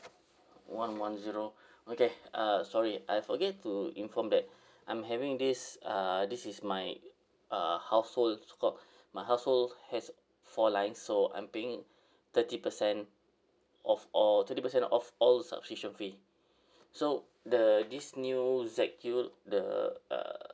one one zero okay uh sorry I forget to inform that I'm having this uh this is my uh household sco~ my household has four lines so I'm paying thirty percent off all thirty percent off all subscription fee so the this new Z_Q the uh